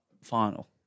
final